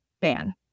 ban